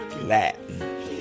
Latin